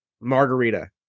margarita